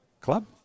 club